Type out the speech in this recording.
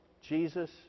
Jesus